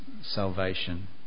salvation